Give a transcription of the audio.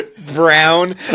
Brown